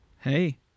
Hey